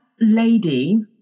lady